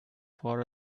far